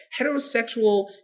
heterosexual